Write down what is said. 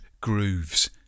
grooves